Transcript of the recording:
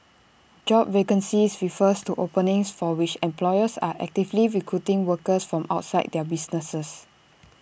job vacancies refers to openings for which employers are actively recruiting workers from outside their businesses